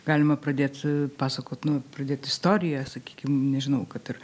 galima pradėt pasakot nu pradėt istoriją sakykim nežinau kad ir